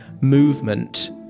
movement